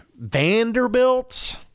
Vanderbilt